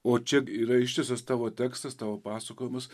o čia yra ištisas tavo tekstas tavo pasakojimas